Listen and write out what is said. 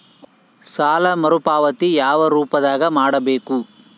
ಸಾಲ ಮರುಪಾವತಿ ಯಾವ ರೂಪದಾಗ ಮಾಡಬೇಕು?